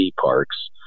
parks